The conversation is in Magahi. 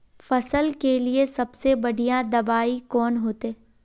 फसल के लिए सबसे बढ़िया दबाइ कौन होते?